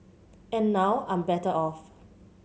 and now I'm better off